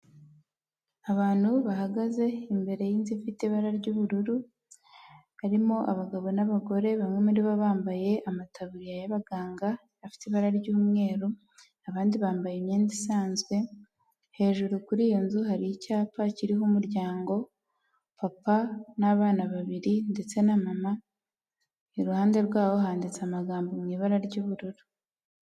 Abantu bahagaze imbere y'inzu ifite ibara ry'ubururu harimo abagabo n'abagore bamwe muri bo bambaye amataburiya y'abaganga afite ibara ry'umweru abandi bambaye imyenda isanzwe hejuru kuri iyo nzu hari icyapa kiriho umuryango papa n'abana babiri ndetse na mama iruhande rwabo handitse amagambo mu ibara ry'ubururu.